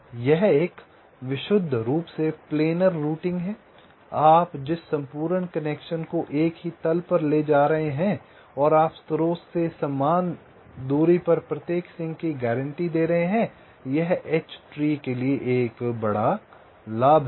यह एक विशुद्ध रूप से प्लेनर रूटिंग है आप जिस संपूर्ण कनेक्शन को एक ही तल पर ले जा रहे हैं और आप स्रोत से समान दूरी पर प्रत्येक सिंक की गारंटी दे रहे हैं यह H ट्री के लिए एक बड़ा लाभ है